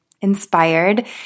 inspired